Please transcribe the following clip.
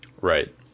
Right